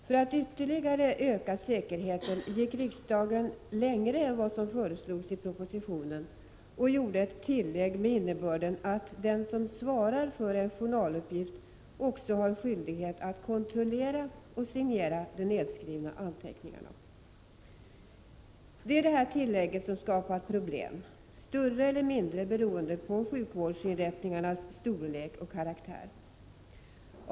För att ytterligare öka säkerheten gick riksdagen längre än vad som föreslogs i propositionen och gjorde ett tillägg med innebörden att den som svarar för en journaluppgift också har skyldighet att kontrollera och signera de nedskrivna anteckningarna. Det är det tillägget som skapat problem, större eller mindre beroende på sjukvårdsinrättningarnas storlek och karaktär.